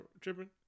tripping